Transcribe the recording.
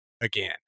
again